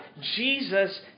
Jesus